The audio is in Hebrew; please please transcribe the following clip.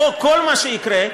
פה כל מה שיקרה,